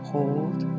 Hold